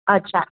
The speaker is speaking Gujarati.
અચ્છા